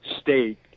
state